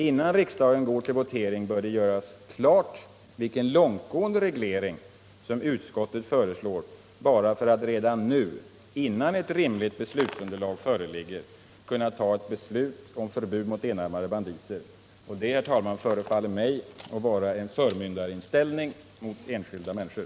Innan riksdagen går till votering bör det göras klart vilken långtgående reglering som utskottet föreslår bara för att riksdagen redan nu, innan ett rimligt beslutsunderlag föreligger, skall kunna fatta ett beslut om förbud mot enarmade banditer. Det, herr talman, förefaller mig vara en förmyndarinställning mot enskilda människor.